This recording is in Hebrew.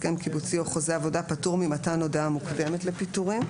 הסכם קיבוצי או חוזה עבודה פטור ממתן הודעה מוקדמת לפיטורין.